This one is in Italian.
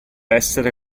essere